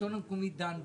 שהשלטון המקומי דן בו.